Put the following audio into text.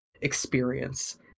experience